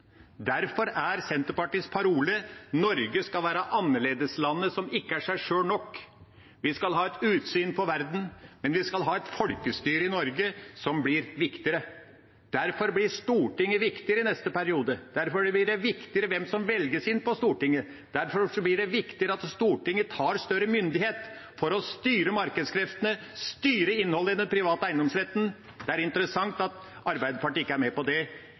Derfor er Senterpartiets parole at Norge skal være annerledeslandet som ikke er seg sjøl nok. Vi skal ha et utsyn på verden, men vi skal ha et folkestyre i Norge som blir viktigere. Derfor blir Stortinget viktigere i neste periode. Derfor blir det viktigere hvem som velges inn på Stortinget. Derfor blir det viktigere at Stortinget tar større myndighet for å styre markedskreftene og innholdet i den private eiendomsretten. Det er interessant at Arbeiderpartiet ikke er med på det